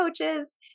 coaches